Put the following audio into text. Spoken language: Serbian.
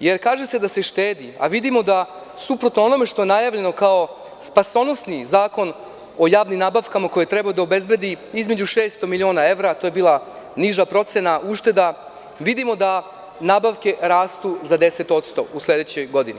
jer kaže se da se štedi, a vidimo da, suprotno onome što je najavljeno kao spasonosni Zakon o javnim nabavkama koji je trebao da obezbedi između 600 miliona evra, to je bila niža procena, ušteda, vidimo da nabavke rastu za 10% u sledećoj godini.